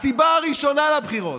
הסיבה הראשונה לבחירות: